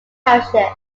township